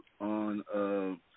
on